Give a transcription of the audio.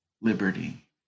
liberty